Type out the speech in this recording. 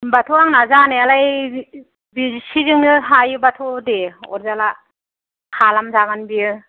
होनबाथ' आंना जानायालाय बेसेजोंनो हायो बाथ' दे अरजाला खालाम जागोन बेयो